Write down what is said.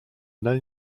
nel